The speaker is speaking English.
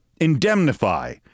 Indemnify